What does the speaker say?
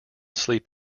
sleep